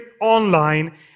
online